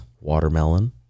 watermelon